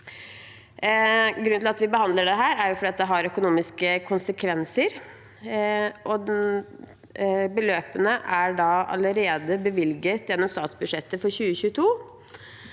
Grunnen til at vi behandler dette, er at det har økonomiske konsekvenser, og beløpene er allerede bevilget gjennom statsbudsjettet for 2022.